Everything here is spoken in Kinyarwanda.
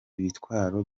bitwaro